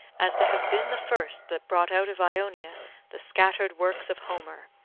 as to have been the first that brought out of ionia the scattered works of homer,